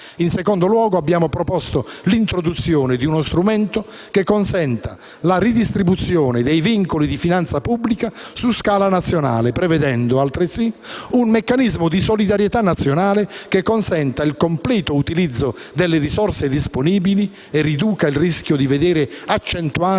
In secondo luogo, abbiamo proposto l'introduzione di uno strumento che consenta la redistribuzione dei vincoli di finanza pubblica su scala nazionale, prevedendo, altresì, un meccanismo di solidarietà nazionale che consenta il completo utilizzo delle risorse disponibili e riduca il rischio di vedere accentuate